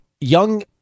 young